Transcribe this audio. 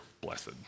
blessed